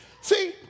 See